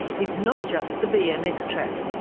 it's not just the bmx track.